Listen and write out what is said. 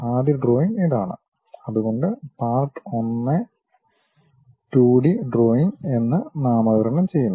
ആദ്യ ഡ്രോയിംഗ് ഇതാണ് അതുകൊണ്ട് പാർട്ട് 1 2 ഡി ഡ്രോയിംഗ് എന്ന് നാമകരണം ചെയ്യുന്നു